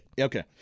Okay